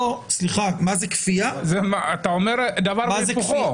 אתה אומר דבר והיפוכו.